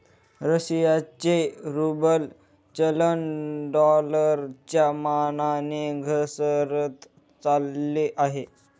रशियाचे रूबल चलन डॉलरच्या मानाने घसरत चालले आहे